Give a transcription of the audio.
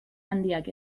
handiak